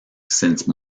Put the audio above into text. since